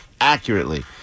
accurately